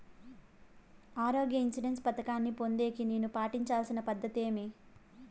ఆరోగ్య ఇన్సూరెన్సు పథకాన్ని పొందేకి నేను పాటించాల్సిన పద్ధతి ఏమి?